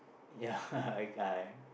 ya I I